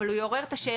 אבל הוא יעורר את השאלה.